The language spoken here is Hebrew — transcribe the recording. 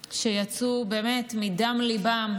שיצאו, באמת מדם ליבם,